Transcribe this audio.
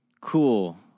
Cool